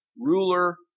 ruler